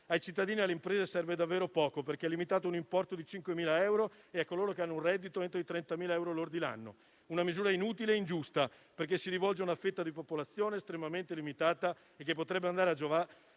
Ai cittadini e alle imprese serve davvero poco, perché è limitato a un importo di 5.000 euro e a coloro che hanno un reddito entro i 30.000 euro lordi l'anno. Si tratta di una misura inutile e ingiusta, perché si rivolge a una fetta di popolazione estremamente limitata e che potrebbe giovare